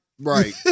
Right